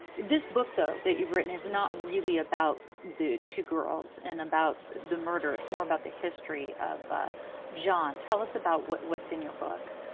this book, though, that you've written is not really about the two girls and about the murder. it's more about the history of john. tell us about what's in your book.